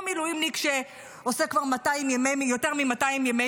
או מילואימניק שעושה כבר יותר מ-200 ימי